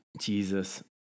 Jesus